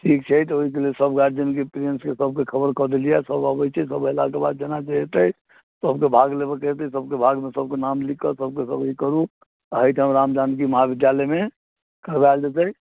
ठीक छै तऽ ओहिके लेल सब गार्जियनके पैरेन्ट्स के सबके खबर कऽ देलियै यऽ सब अबैत छै सब एलाके बाद जेना जे होयतै सबके भाग लेबऽके होयतै तऽ सबके भागमे सबके नाम लिख कऽ सबके खबरि करू आ एहिठाम रामजानकी महाविद्यालयमे खेलाएल जयतै